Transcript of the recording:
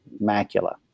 macula